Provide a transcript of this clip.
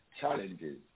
challenges